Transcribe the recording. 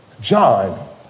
John